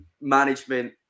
management